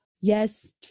yes